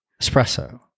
espresso